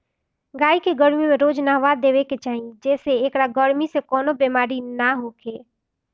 गाई के गरमी में रोज नहावा देवे के चाही जेसे एकरा गरमी से कवनो बेमारी ना होखे